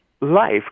life